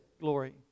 glory